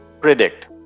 predict